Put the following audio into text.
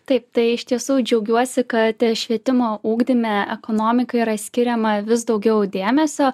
taip tai iš tiesų džiaugiuosi kad švietimo ugdyme ekonomikai yra skiriama vis daugiau dėmesio